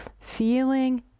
Feeling